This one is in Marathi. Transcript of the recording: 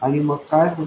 आणि मग काय होते